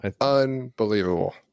unbelievable